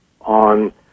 on